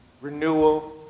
renewal